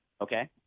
okay